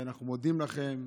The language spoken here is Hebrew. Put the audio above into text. אנחנו מודים לכם.